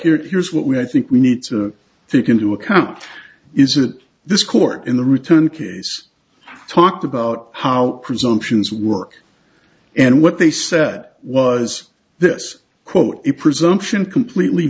here here's what we i think we need to think into account is that this court in the return case talked about how presumptions work and what they said was this quote a presumption completely